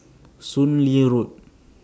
Soon Lee Road